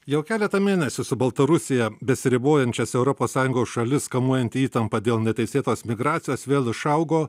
jau keletą mėnesių su baltarusija besiribojančias europos sąjungos šalis kamuojanti įtampa dėl neteisėtos migracijos vėl išaugo